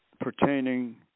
pertaining